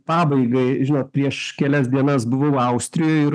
pabaigai žinot prieš kelias dienas buvau austrijoj ir